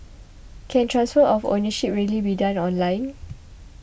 can transfer of ownership really be done online